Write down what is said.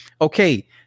Okay